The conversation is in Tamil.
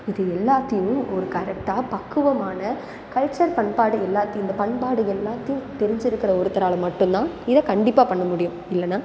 இது எல்லாத்தையும் ஒரு கரெக்டாக பக்குவமான கல்ச்சர் பண்பாடு எல்லாத்தையும் இந்த பண்பாடு எல்லாத்தையும் தெரிஞ்சிருக்கிற ஒருத்தரால் மட்டும் தான் இதை கண்டிப்பாக பண்ண முடியும் இல்லைன்னா